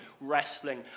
wrestling